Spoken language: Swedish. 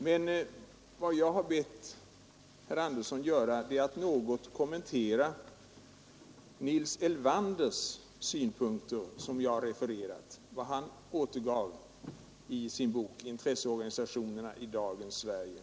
Vad jag bad herr Andersson i Stockholm att göra var att något kommentera de synpunkter Nils Elvander återgav i sin bok ”Intresseorganisationerna i dagens Sverige”.